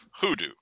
hoodoo